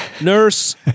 Nurse